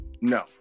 No